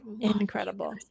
Incredible